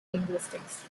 linguistics